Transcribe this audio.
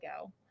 go